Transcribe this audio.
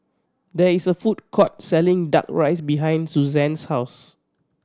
there is a food court selling Duck Rice behind Suzann's house